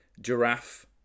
Giraffe